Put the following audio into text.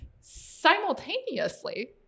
simultaneously